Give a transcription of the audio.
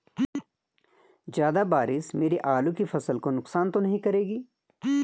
ज़्यादा बारिश मेरी आलू की फसल को नुकसान तो नहीं करेगी?